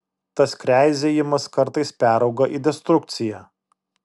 tas kreizėjimas kartais perauga į destrukciją